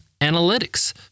Analytics